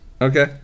Okay